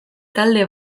talde